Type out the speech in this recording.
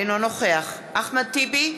אינו נוכח אחמד טיבי,